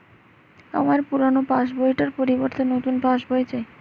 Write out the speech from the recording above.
আমার পুরানো passbook টার পরিবর্তে নতুন পাশ বই চাই